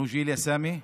באיזה גיל, סמי?)